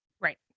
Right